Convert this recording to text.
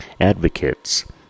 advocates